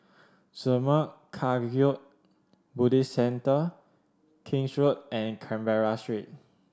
Zurmang Kagyud Buddhist Centre King's Road and Canberra Street